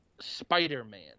Spider-Man